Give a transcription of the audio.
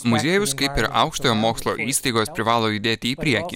muziejus kaip ir aukštojo mokslo įstaigos privalo judėti į priekį